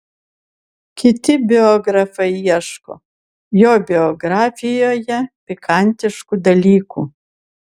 kiti biografai ieško jo biografijoje pikantiškų dalykų